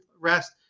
rest